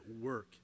work